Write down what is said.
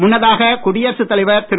முன்னதாக குடியரசுத் தலைவர் திரு